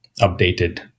updated